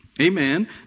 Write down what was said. Amen